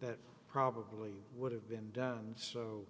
that probably would have been done so